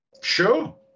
Sure